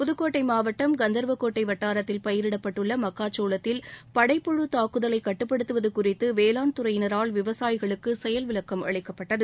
புதுக்கோட்டை மாவட்டம் கந்தர்வகோட்டை வட்டாரத்தில் பயிரிடப்பட்டுள்ள மக்காச்சோளத்தில் படைப்புழு தாக்குதலை கட்டுப்படுத்துவது குறித்து வேளாண் துறையினரால் விவசாயிகளுக்கு செயல்விளக்கம் அளிக்கப்பட்டது